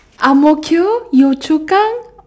ang-mo-kio yio-chu-kang